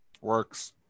Works